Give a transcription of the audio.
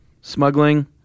smuggling